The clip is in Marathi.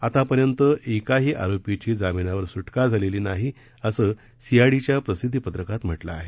आतापर्यंत एकाही आरोपीची जामिनावर सुटका झालेली नाही असं सीआयडीच्या प्रसिद्धिपत्रकात म्हटलं आहे